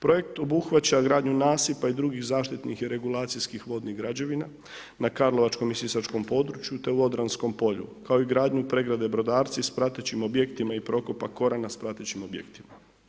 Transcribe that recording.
Projekt obuhvaća gradnju nasipa i drugih zaštitnih regulacijskih vodnih građevina na karlovačkom i sisačkom području te u Odranskom polju, kao i gradnju i pregrade Brodarci s pratećim objektima i prokopa Korana s pratećim objektima.